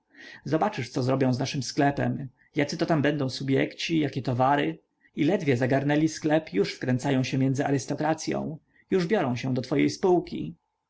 zobaczysz co zrobią z naszym sklepem jacyto tam będą subjekci jakie towary i ledwie zagarnęli sklep już wkręcają się między arystokracyą już biorą się do twojej spółki